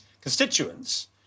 constituents